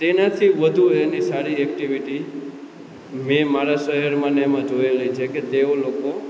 તેનાથી વધુ એની સારી એક્ટીવિટી મેં મારા શહેરમાં ને એમાં જોયેલી છે કે તેઓ લોકો